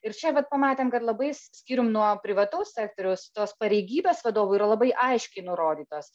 ir čia vat pamatėm kad labais skyrium nuo privataus sektoriaus tos pareigybės vadovų yra labai aiškiai nurodytos